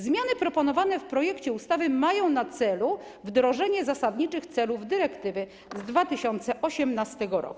Zmiany proponowane w projekcie ustawy mają na celu wdrożenie zasadniczych celów dyrektywy z 2018 r.